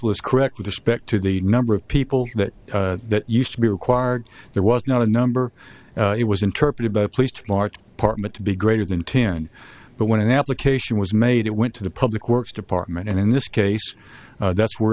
was correct with a spec to the number of people that that used to be required there was not a number it was interpreted by placed large apartment to be greater than ten but when an application was made it went to the public works department and in this case that's where